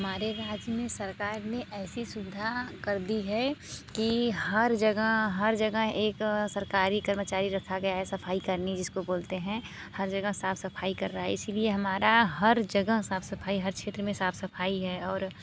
हमारे राज्य में सरकार ने ऐसी सुविधा कर दी है कि हर जगह हर जगह एक सरकारी कर्मचारी रखा गया है सफाईकर्मी जिसको बोलते हैं हर जगह साफ सफाई कर रहा है इसीलिए हमारा हर जगह साफ सफाई हर क्षेत्र में साफ सफाई है और